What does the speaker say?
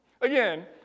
Again